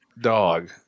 dog